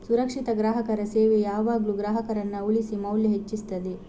ಸುರಕ್ಷಿತ ಗ್ರಾಹಕರ ಸೇವೆಯು ಯಾವಾಗ್ಲೂ ಗ್ರಾಹಕರನ್ನ ಉಳಿಸಿ ಮೌಲ್ಯ ಹೆಚ್ಚಿಸ್ತದೆ